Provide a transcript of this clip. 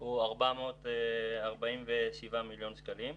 הוא 447 מיליון שקלים.